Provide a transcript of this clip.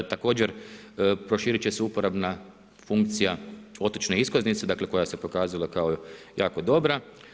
Također proširiti će se uporabna funkcija otočne iskaznice dakle koja se pokazala jako dobra.